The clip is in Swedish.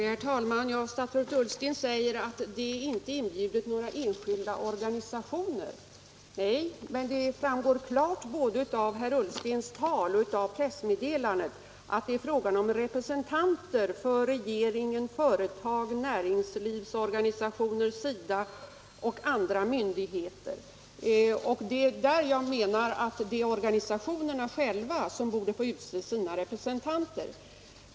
Herr talman! Statsrådet Ullsten säger att det inte inbjudits några enskilda organisationer. Nej, men det framgår klart både av herr Ullstens tal och av pressmeddelandet att det är fråga om representanter för regeringen, företag, näringsorganisationer, SIDA och andra myndigheter. Jag menar att organisationerna själva borde få utse sina representanter.